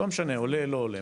לא משנה, עולה, לא עולה.